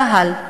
צה"ל,